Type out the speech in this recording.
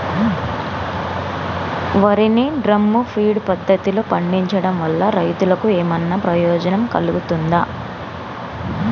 వరి ని drum feed పద్ధతిలో పండించడం వల్ల రైతులకు ఏమన్నా ప్రయోజనం కలుగుతదా?